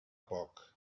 poc